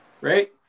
right